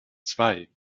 zwei